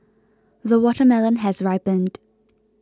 the watermelon has ripened